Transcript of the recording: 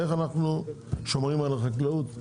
ואיך אנחנו שומרים על החקלאות,